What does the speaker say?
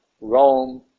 Rome